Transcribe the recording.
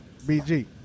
BG